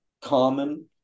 common